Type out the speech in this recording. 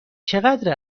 چقدر